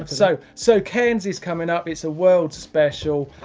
um so so cairns is coming up, it's a worlds special.